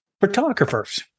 photographers